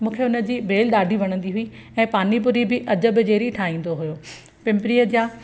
मूंखे हुनजी भेल ॾाढी वणंदी हुई ऐं पानी पूरी बि अजब जहिड़ी ठाईंदो हुओ पिंपरीअ जा